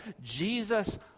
Jesus